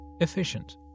efficient